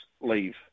leave